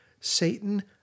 Satan